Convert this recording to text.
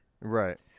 Right